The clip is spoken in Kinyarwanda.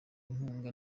inkunga